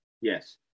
yes